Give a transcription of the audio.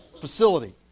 facility